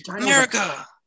America